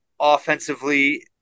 offensively